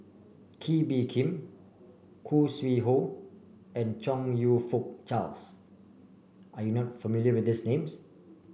Kee Bee Khim Khoo Sui Hoe and Chong You Fook Charles are you not familiar with these names